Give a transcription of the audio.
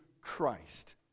Christ